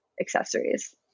accessories